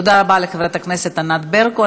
תודה רבה לחברת הכנסת ענת ברקו.